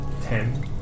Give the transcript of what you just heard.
ten